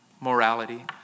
morality